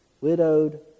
widowed